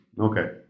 Okay